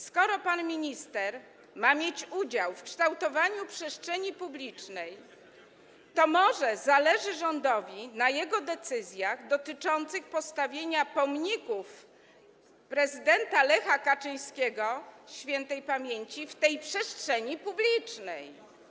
Skoro pan minister ma mieć udział w kształtowaniu przestrzeni publicznej, to może rządowi zależy na jego decyzjach dotyczących postawienia pomników prezydenta śp. Lecha Kaczyńskiego w tej przestrzeni publicznej.